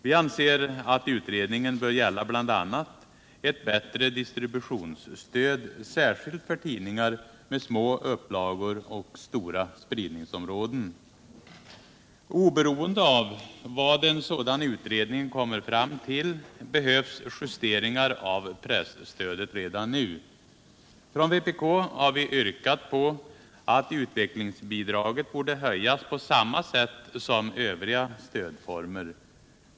Vi anser att utredningen bör gälla bl.a. ett bättre distributionsstöd, särskilt för tidningar med små upplagor och stora spridningsområden. Oberoende av vad en sådan utredning kommer fram till behövs justeringar av presstödet redan nu. Från vpk har vi yrkat att utvecklingsbidraget bör höjas på samma sätt som övriga stödformer.